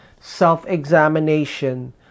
self-examination